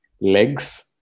legs